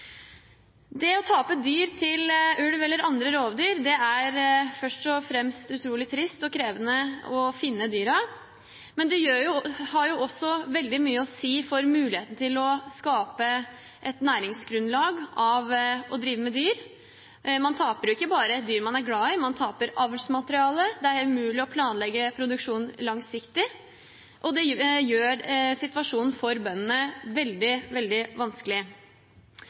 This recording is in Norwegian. det å tape dyr til ulv eller andre rovdyr, er det først og fremst utrolig trist og krevende å finne dyrene, men det har også veldig mye å si for muligheten til å skape et næringsgrunnlag av å drive med dyr. Man taper jo ikke bare dyr man er glad i, man taper avlsmateriale. Det blir umulig å planlegge produksjonen langsiktig, og det gjør situasjonen for bøndene veldig, veldig vanskelig.